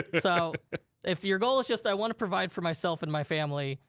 so if your goal is just, i wanna provide for myself and my family,